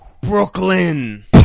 Brooklyn